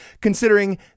considering